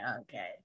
okay